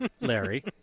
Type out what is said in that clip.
Larry